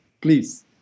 please